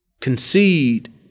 concede